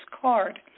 card